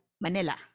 manila